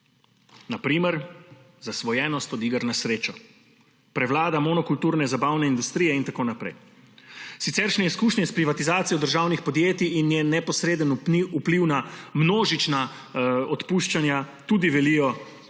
na primer zasvojenost od iger na srečo, prevlada monokulturne zabavne industrije in tako naprej. Siceršnje izkušnje s privatizacijo državnih podjetij in njen neposreden vpliv na množična odpuščanja velijo tudi,